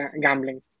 gambling